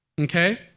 okay